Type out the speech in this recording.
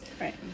Right